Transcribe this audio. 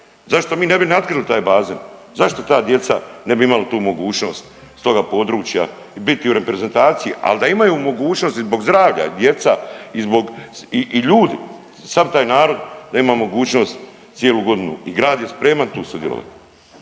Zašto mi ne bi natkrili taj bazen? Zašto ta djeca ne bi imala tu mogućnost s toga područja i biti u reprezentaciji, ali da imaju mogućnosti zbog zdravlja djeca i ljudi sav taj narod ima mogućnost cijelu godinu i grad je spreman tu sudjelovati.